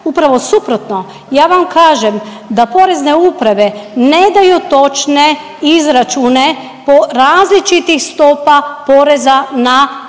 upravo suprotno, ja vam kažem da Porezne uprave ne daju točne izračune po različitih stopa poreza na,